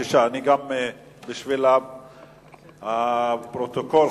6. למען הפרוטוקול,